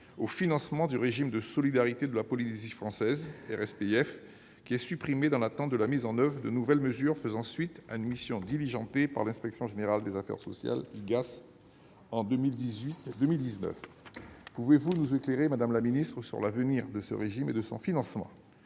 au financement du régime de solidarité de la Polynésie française (RSPF). Cette participation a été supprimée dans l'attente de la mise en oeuvre de nouvelles mesures faisant suite à une mission diligentée par l'inspection générale des affaires sociales (IGAS) en 2018-2019. Pouvez-vous nous éclairer, madame la ministre, sur l'avenir de ce régime et de son financement ?